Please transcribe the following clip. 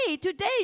today